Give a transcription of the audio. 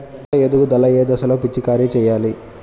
పంట ఎదుగుదల ఏ దశలో పిచికారీ చేయాలి?